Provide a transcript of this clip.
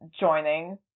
joining